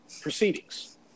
proceedings